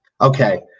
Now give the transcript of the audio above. Okay